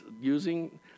using